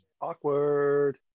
awkward